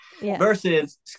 Versus